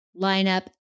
lineup